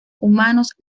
humanos